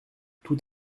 tout